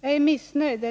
mig missnöjd.